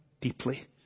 deeply